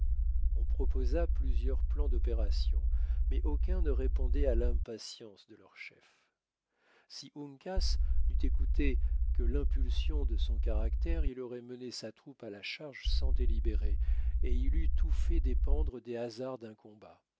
on proposa plusieurs plans d'opération mais aucun ne répondait à l'impatience de leur chef si uncas n'eût écouté que l'impulsion de son caractère il aurait mené sa troupe à la charge sans délibérer et il eût tout fait dépendre des hasards d'un combat